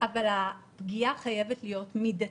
אבל הפגיעה חייבת להיות מידתית.